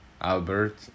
Albert